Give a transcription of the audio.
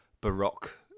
baroque